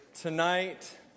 Tonight